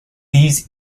these